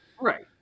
Right